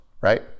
right